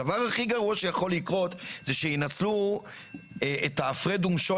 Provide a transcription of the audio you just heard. הדבר הכי גרוע שיכול לקרות זה שינצלו את ההפרד ומשול